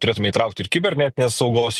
turėtume įtraukti ir kibernetinės saugos